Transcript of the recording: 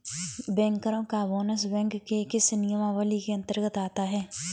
बैंकरों का bonus bank के किस नियमावली के अंतर्गत आता है?